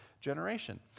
generation